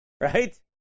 Right